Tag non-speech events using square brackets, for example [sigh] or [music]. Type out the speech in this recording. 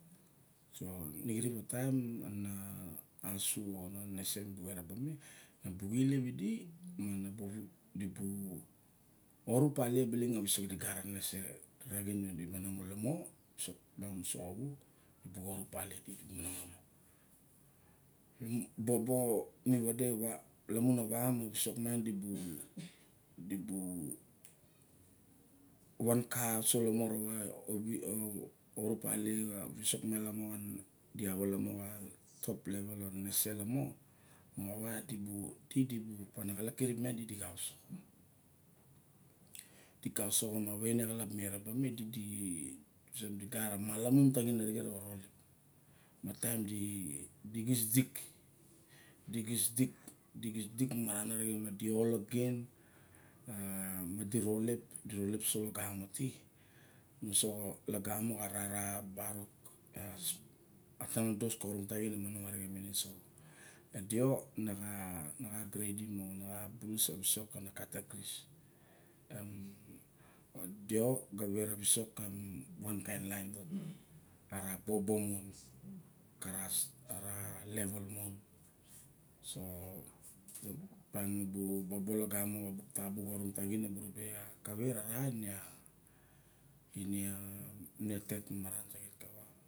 So line xirip a taim a taim asu moxa nenese mi bu eraba me. Na bu ilep idi ma na bu orup palie a visok di gat a nenese raxin di monong mon lamo. Visok miang muso ka va di bu orub palie di di monong lamo. Bobo mi wade xa, lamun awa ma visok miang di bu, van ka uso lamo na wa [hesitation] orup palie a cisok mianng di a wa lamo xa top level ka nenese lamo, mo xa wa di, di bu, ana xalap kirip miang di, di bu kaosoxo. Di kaosoxo ma vaine kalap nu eraba me da, di gat a malamun taxin arixen ta we ralep. Ma taim di kisdik di kisdik maran a rixen ma di alogen ma dirolep, dirolep uso lagamo ti uso lagamo karara barok. A tanono doa ka orong taxin na manong arixen mi ne. E deo na xa crietim o na xa bulus a visok kana katagries. Em deo ga vet a visok ka ra wan kain lain mon a ra bobo mo. Kara level mon. So piang nu bu bobo lagame ka bung tabung ka taxin kawei ra ra ine a tet maran sakit.